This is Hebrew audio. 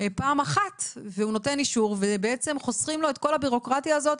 פעם אחת והוא נותן אישור ובעצם חוסכים לו את כל הבירוקרטיה הזו,